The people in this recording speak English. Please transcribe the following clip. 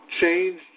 changed